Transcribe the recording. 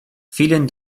vielen